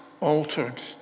altered